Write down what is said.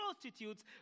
prostitutes